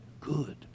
good